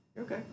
Okay